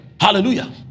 Hallelujah